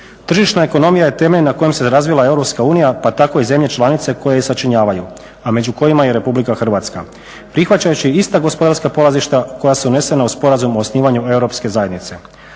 Tržišna ekonomija je temelj na kojem se razvila Europska unija, pa tako i zemlje članice koje je sačinjavaju, a među kojima je i Republika Hrvatska. Prihvaćajući ista gospodarska polazišta koja su unesena u Sporazum o osnivanju Europske zajednice.